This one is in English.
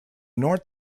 north